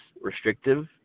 restrictive